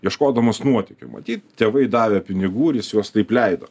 ieškodamas nuotykių matyt tėvai davė pinigų ir jis juos taip leido